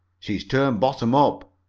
she has turned bottom up,